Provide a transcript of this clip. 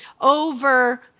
over